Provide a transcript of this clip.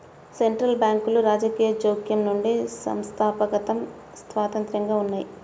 central బ్యాంకులు రాజకీయ జోక్యం నుండి సంస్థాగతంగా స్వతంత్రంగా ఉన్నయ్యి